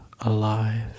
alive